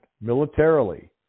militarily